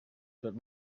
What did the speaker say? but